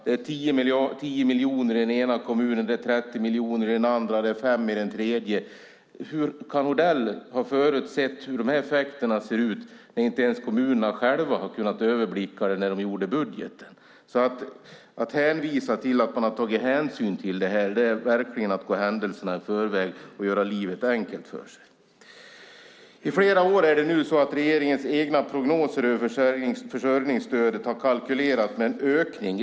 Det är 10 miljoner i den ena kommunen, 30 miljoner i den andra och 5 miljoner i den tredje. Hur kan Odell ha förutsett dessa effekter när inte ens kommunerna själva har kunnat överblicka dem när de gjort sina budgetar? Om man hänvisar till att man har tagit hänsyn till detta har man verkligen gått händelserna i förväg och gjort livet enkelt för sig. I flera år nu har regeringen i sina prognoser över försörjningsstödet kalkylerat med en ökning.